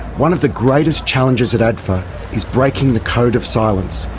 one of the greatest challenges at adfa is breaking the code of silence,